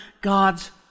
God's